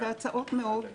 הצעות מאוד